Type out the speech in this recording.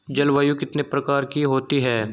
जलवायु कितने प्रकार की होती हैं?